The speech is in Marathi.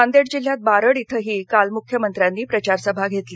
नांदेड जिल्ह्यात बारड इथही काल मुख्यमंत्र्यांनी प्रचार सभा घेतली